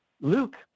Luke